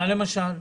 למשל מה?